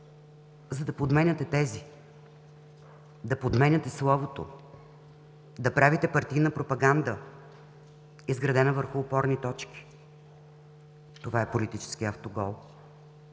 за да подменяте тезите, да подменяте словото, да правите партийна пропаганда, изградена върху опорни точки. Това е политически автогол.